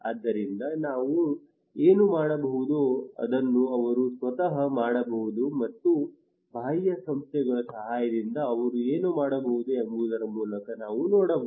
ಆದ್ದರಿಂದ ನಾವು ಏನು ಮಾಡಬಹುದೋ ಅದನ್ನು ಅವರು ಸ್ವತಃ ಮಾಡಬಹುದು ಮತ್ತು ಬಾಹ್ಯ ಸಂಸ್ಥೆಗಳ ಸಹಾಯದಿಂದ ಅವರು ಏನು ಮಾಡಬಹುದು ಎಂಬುದರ ಮೂಲಕ ನಾವು ನೋಡಬಹುದು